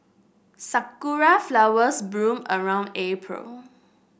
sakura flowers bloom around April